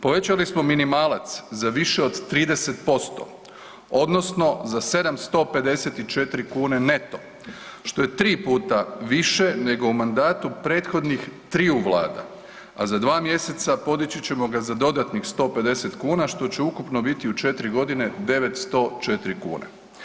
Povećali smo minimalac za više od 30% odnosno za 754 kune neto što je 3 puta više nego u mandatu prethodnih triju vlada, a za 2 mjeseca podići ćemo ga za dodatnih 150 kuna što će ukupno biti u 4 godine 904 kune.